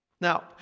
Now